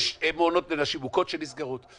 -- יש מעונות לנשים מוכות שנסגרות.